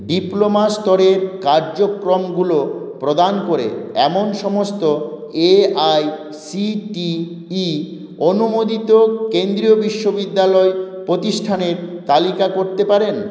diploma স্তরের কার্যক্রমগুলো প্রদান করে এমন সমস্ত এআইসিটিই অনুমোদিত কেন্দ্রীয় বিশ্ববিদ্যালয় প্রতিষ্ঠানের তালিকা করতে পারেন